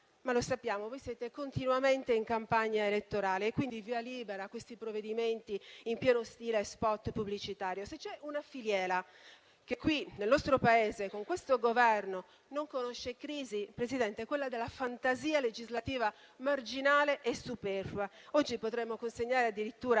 Ma lo sappiamo: voi siete continuamente in campagna elettorale e, quindi, via libera a questi provvedimenti in pieno stile *spot* pubblicitario. Se c'è una filiera che nel nostro Paese, con questo Governo, non conosce crisi, Presidente, è quella della fantasia legislativa marginale e superflua. Oggi potremmo consegnare addirittura